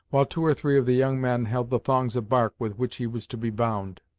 while two or three of the young men held the thongs of bark with which he was to be bound.